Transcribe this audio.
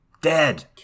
Dead